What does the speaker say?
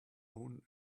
own